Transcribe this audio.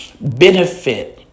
benefit